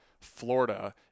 Florida